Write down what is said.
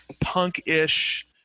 punk-ish